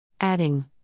Adding